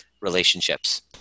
relationships